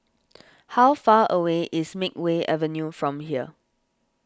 how far away is Makeway Avenue from here